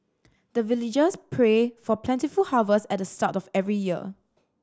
the villagers pray for plentiful harvest at the start of every year